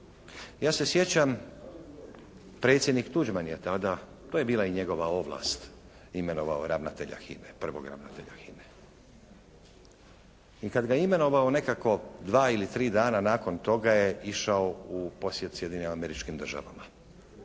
Ja se sjećam predsjednik Tuđman je tada, to je bila i njegova ovlast imenovao ravnatelja HINA-e. Prvog ravnatelja HINA-e. I kad ga je imenovao nekako dva ili tri dana nakon toga je išao u posjet Sjedinjenim Američkim Državama.